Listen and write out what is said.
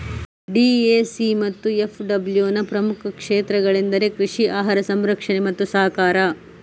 DAC ಮತ್ತು ಎಫ್.ಡಬ್ಲ್ಯೂನ ಪ್ರಮುಖ ಕ್ಷೇತ್ರಗಳೆಂದರೆ ಕೃಷಿ, ಆಹಾರ ಸಂರಕ್ಷಣೆ ಮತ್ತು ಸಹಕಾರ